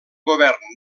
govern